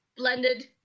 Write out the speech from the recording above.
blended